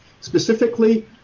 Specifically